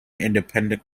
independent